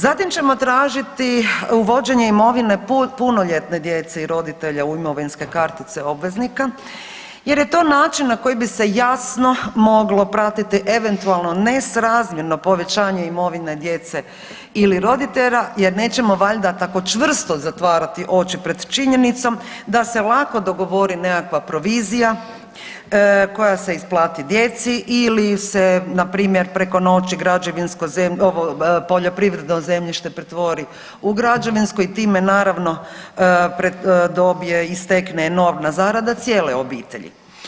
Zatim ćemo tražiti uvođenje imovine punoljetne djece i roditelja u imovinske kartice obveznica jer je to način na koji bi se jasno moglo pratiti eventualno nesrazmjerno povećanje imovine djece ili roditelja jer nećemo valjda tako čvrsto zatvarati oči pred činjenicom da se lako dogovori nekakva provizija koja se isplati djeci ili se npr. preko noći građevinsko .../nerazumljivo/... ovo, poljoprivredno zemljište pretvori u građevinsko i time naravno, dobije i stekne enormna zarada cijele obitelji.